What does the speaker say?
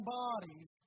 bodies